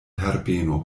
herbeno